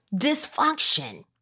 dysfunction